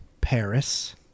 Paris